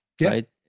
right